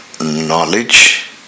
knowledge